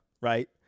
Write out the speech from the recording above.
right